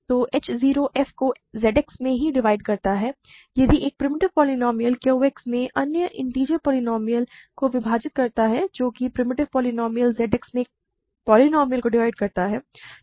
तो h 0 f को Z X में ही डिवाइड करता है ठीक है यदि एक प्रिमिटिव पोलीनोमिअल Q X में एक अन्य इन्टिजर पोलीनोमिअल को विभाजित करता है जो कि प्रिमिटिव पोलीनोमिअल Z X में एक पोलीनोमिअल को डिवाइड करता है